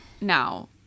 now